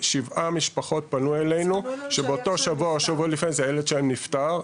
כשבע משפחות שפנו אלינו שבאותו שבוע או שבוע לפני הילד שלהם נפטר,